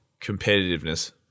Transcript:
competitiveness